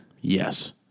Yes